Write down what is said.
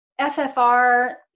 FFR